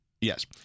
Yes